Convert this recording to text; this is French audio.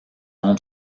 nom